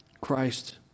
Christ